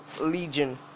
Legion